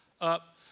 up